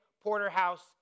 porterhouse